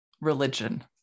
religion